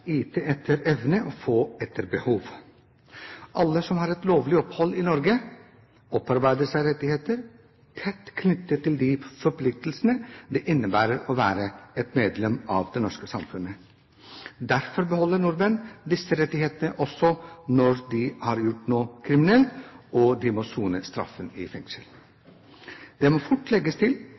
yte etter evne og få etter behov. Alle som har et lovlig opphold i Norge, opparbeider seg rettigheter, tett knyttet til de forpliktelsene det innebærer å være et medlem av det norske samfunnet. Derfor beholder nordmenn disse rettighetene også når de har gjort noe kriminelt og må sone straffen i fengsel. Det må fort legges til